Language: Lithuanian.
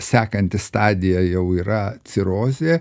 sekanti stadija jau yra cirozė